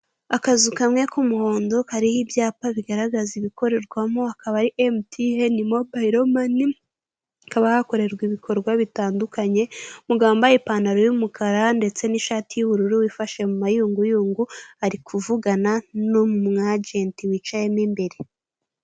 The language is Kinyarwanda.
Akazu kamwe k'umuhondo kariho ibyapa bigaraza ibikorerwamo, akaba ari MTN mombayiro mani hakaba hakorerwa ibikorwa bitandukanye umugabo wambaye ipanaro y'umukara ndetse n'ishati y'ubururu wifashe mumayunguyungu ari kuvugana n'umwajenti wicaye mo imbere.